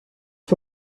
for